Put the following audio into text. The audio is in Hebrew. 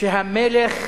שהמלך